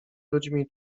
ludźmi